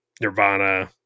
nirvana